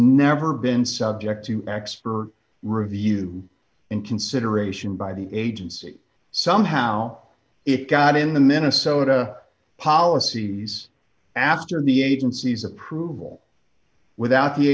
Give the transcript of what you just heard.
never been subject to expert review and consideration by the agency some how it got in the minnesota policies after the agency's approval without the